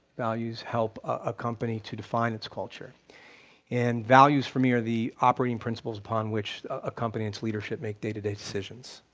values help a company to define its culture and values, for me, are the operating principles upon which a company and its leadership make day to day decisions.